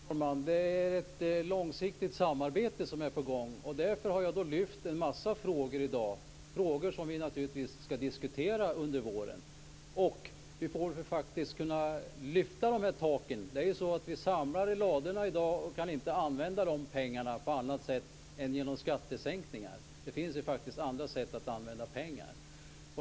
Fru talman! Nej, det är ett långsiktigt samarbete som är på gång. Därför har jag lyft fram en massa frågor i dag som vi skall diskutera under våren. Vi borde faktiskt kunna lyfta de här taken. I dag samlar vi i ladorna och kan inte använda de här pengarna på annat sätt än genom skattesänkningar. Det finns faktiskt andra sätt att använda pengar.